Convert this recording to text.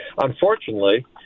Unfortunately